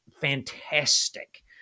fantastic